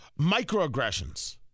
microaggressions